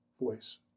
voice